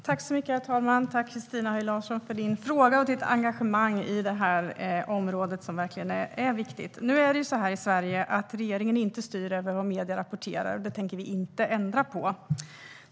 Herr talman! Tack, Christina Höj Larsen, för din fråga och ditt engagemang på det här området! Det är verkligen viktigt. Nu är det ju så i Sverige att regeringen inte styr över vad medierna rapporterar, och det tänker vi inte ändra på.